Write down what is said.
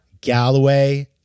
Galloway